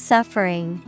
Suffering